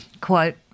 Quote